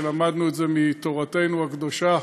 למדנו את זה מתורתנו הקדושה,